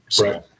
Right